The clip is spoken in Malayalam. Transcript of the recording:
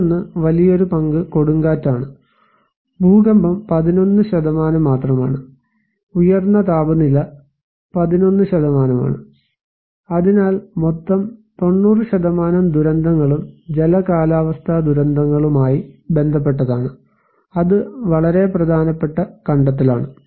മറ്റൊന്ന് വലിയൊരു പങ്ക് കൊടുങ്കാറ്റാണ് ഭൂകമ്പം 11 മാത്രമാണ് ഉയർന്ന താപനില 11 ആണ് അതിനാൽ മൊത്തത്തിൽ 90 ദുരന്തങ്ങളും ജല കാലാവസ്ഥാ ദുരന്തങ്ങളുമായി ബന്ധപ്പെട്ടതാണ് അത് വളരെ പ്രധാനപ്പെട്ട കണ്ടെത്തലാണ്